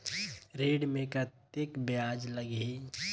ऋण मे कतेक ब्याज लगही?